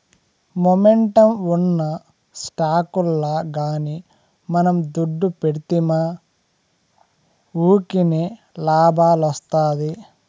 momentum ఉన్న స్టాకుల్ల గానీ మనం దుడ్డు పెడ్తిమా వూకినే లాబ్మొస్తాది